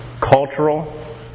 cultural